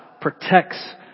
protects